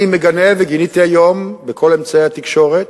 אני מגנה, וגיניתי היום בכל אמצעי התקשורת,